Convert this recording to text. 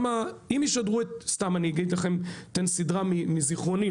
סתם אתן סדרה מזיכרוני,